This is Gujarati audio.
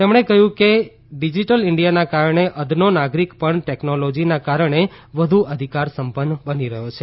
તેમણે કહ્યું કે ડિજિટલ ઈન્ડિયાના કારણે અદનો નાગરિક પણ ટેકનોલોજીના કારણે વધુ અધિકાર સંપન્ન બની રહ્યો છે